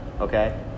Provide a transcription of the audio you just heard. okay